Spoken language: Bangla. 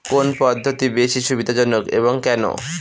কোন পদ্ধতি বেশি সুবিধাজনক এবং কেন?